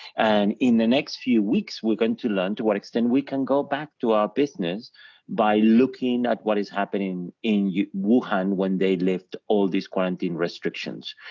and in the next few weeks we're going to learn to what extent we can go back to our business by looking at what is happening in wuhan when they lift all these quarantine restrictions.